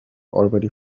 already